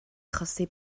achosi